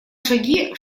шаги